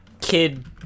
kid